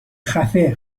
خفه